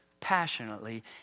passionately